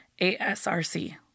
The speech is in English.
ASRC